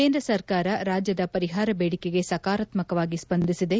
ಕೇಂದ್ರ ಸರ್ಕಾರ ರಾಜ್ಯದ ಪರಿಹಾರ ಬೇಡಿಕೆಗೆ ಸಕಾರಾತ್ಮಕವಾಗಿ ಸ್ವಂದಿಸಿದೆ